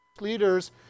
leaders